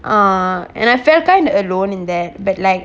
uh and I felt kind of alone in that but like